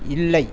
இல்லை